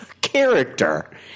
character